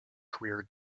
career